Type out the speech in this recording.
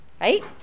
right